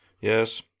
Yes